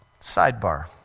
Sidebar